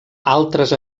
altres